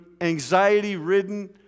anxiety-ridden